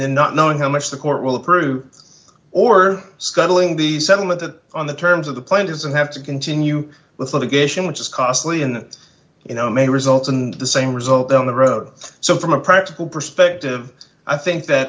then not knowing how much the court will approve or scuttling the settlement that on the terms of the plan is and have to continue with litigation which is costly and you know may result and the same result down the road so from a practical perspective i think that